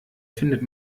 findet